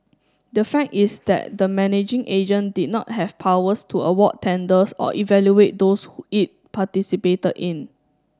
the fact is that the managing agent did not have powers to award tenders or evaluate those who it participated in